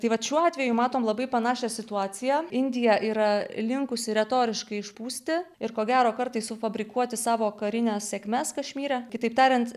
taip vat šiuo atveju matom labai panašią situaciją indija yra linkusi retoriškai išpūsti ir ko gero kartais sufabrikuoti savo karines sėkmes kašmyre kitaip tariant